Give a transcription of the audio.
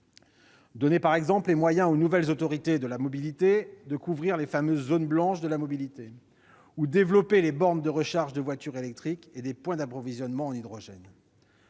faut par exemple donner les moyens aux nouvelles autorités organisatrices de la mobilité de couvrir les fameuses zones blanches de la mobilité, ou développer les bornes de recharge de voitures électriques et les points d'approvisionnement en hydrogène.